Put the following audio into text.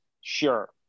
Sure